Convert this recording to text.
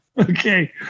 Okay